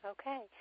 Okay